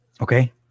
Okay